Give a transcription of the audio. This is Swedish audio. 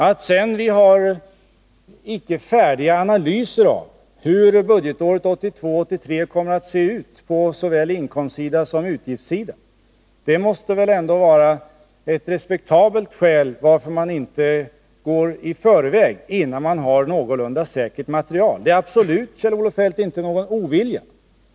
Att det sedan är så att vi icke har färdiga analyser av hur budgetåret 1982/83 kommer att se ut vare sig på inkomstsidan eller på utgiftssidan måste väl ändå vara ett respektabelt skäl till att man inte går i förväg och gör prognoser, innan man har ett någorlunda säkert material. Det är absolut, Kjell-Olof Feldt, inte någon ovilja.